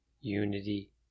unity